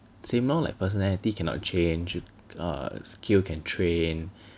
same lor like personality cannot change err skill can train